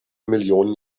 millionen